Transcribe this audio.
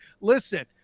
Listen